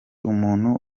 umuntu